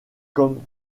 comme